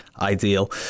ideal